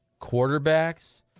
quarterbacks